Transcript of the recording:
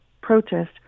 protest